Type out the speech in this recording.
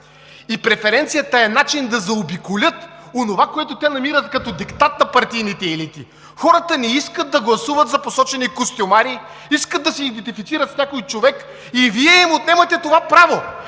и преференцията е начин да заобиколят онова, което те намират като диктат на партийните елити. Хората не искат да гласуват за посочени костюмари, искат да се идентифицират с някой човек и Вие им отнемате това право!